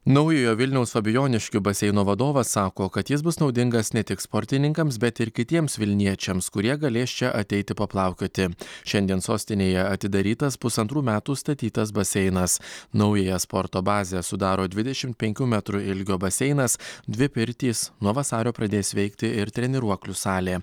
naujojo vilniaus fabijoniškių baseino vadovas sako kad jis bus naudingas ne tik sportininkams bet ir kitiems vilniečiams kurie galės čia ateiti paplaukioti šiandien sostinėje atidarytas pusantrų metų statytas baseinas naująją sporto bazę sudaro dvidešim penkių metrų ilgio baseinas dvi pirtys nuo vasario pradės veikti ir treniruoklių salė